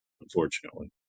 unfortunately